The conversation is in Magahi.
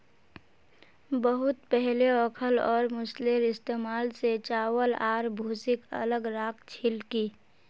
बहुत पहले ओखल और मूसलेर इस्तमाल स चावल आर भूसीक अलग राख छिल की